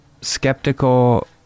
skeptical